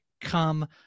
come